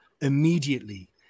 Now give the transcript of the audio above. immediately